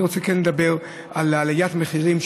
אני רוצה כן לדבר על עליית המחירים,